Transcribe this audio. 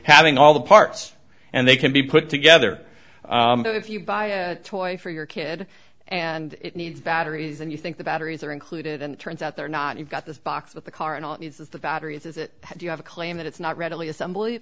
having all the parts and they can be put together if you buy toys for your kid and it needs batteries and you think the batteries are included and it turns out they're not you've got the box with the car and the battery is it do you have a claim that it's not readily assembly